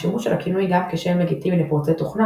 השימוש של הכינוי גם כשם לגיטימי לפורצי תוכנה,